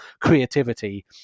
creativity